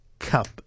Cup